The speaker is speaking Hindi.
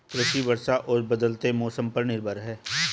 कृषि वर्षा और बदलते मौसम पर निर्भर है